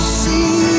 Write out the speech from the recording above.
see